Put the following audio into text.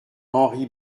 henry